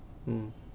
mm